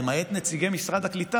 שלמעט נציגי משרד הקליטה,